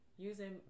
Using